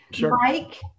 Mike